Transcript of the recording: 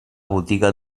botiga